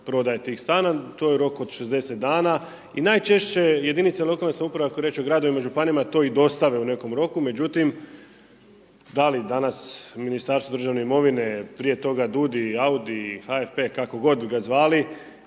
prodaje tih stana, to je rok od 60 dana i najčešće jedinice lokalne samouprave, ako je riječ o gradovima i županijama, to i dostave u nekom roku, međutim da li danas Ministarstvo državne imovine, prije toga DUDDI, .../Govornik